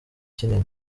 kinini